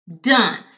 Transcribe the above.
done